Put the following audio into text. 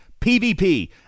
PvP